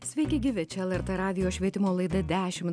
sveiki gyvi čia lrt radijo švietimo laida dešimt